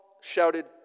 shouted